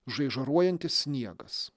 žaižaruojantis sniegas